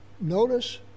Notice